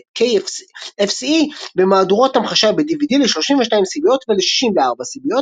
ואת Xfce במהדורות המחשה ב־DVD ל־32 סיביות ול־64 סיביות,